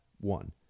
one